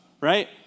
right